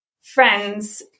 friends